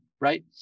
right